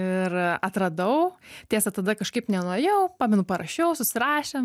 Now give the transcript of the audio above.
ir atradau tiesa tada kažkaip nenuėjau pamenu parašiau susirašėm